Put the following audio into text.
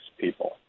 people